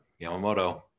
Yamamoto